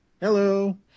Hello